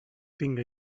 tinga